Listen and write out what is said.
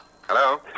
Hello